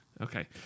Okay